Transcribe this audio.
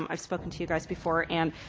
um i've spoken to you guys before and